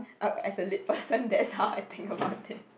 oh as a lit person that's how I think about it